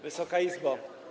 Wysoka Izbo!